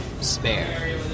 spare